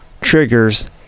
triggers